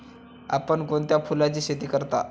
आपण कोणत्या फुलांची शेती करता?